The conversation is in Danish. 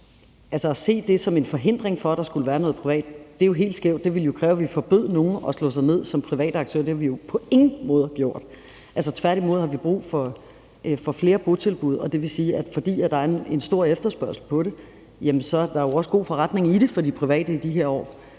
område, som en forhindring for, at der skulle være noget privat, er jo helt skævt. Det ville kræve, at vi forbød nogle at slå sig ned som private aktører, og det har vi jo på ingen måde gjort. Tværtimod har vi brug for flere botilbud, og det vil sige, at fordi der er en stor efterspørgsel på det, er der jo også god forretning i det for de private i de her år.